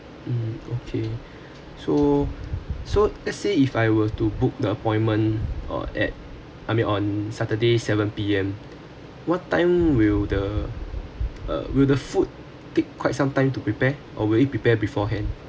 mm okay so so let's say if I were to book the appointment or at I mean on saturday seven P_M what time will the uh with the food take quite some time to prepare or will you prepared beforehand